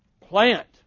plant